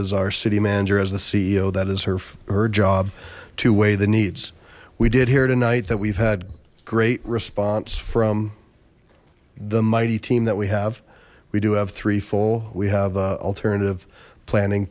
is our city manager as the ceo that is her job to weigh the needs we did here tonight that we've had great response from the mighty team that we have we do have three full we have an alternative planning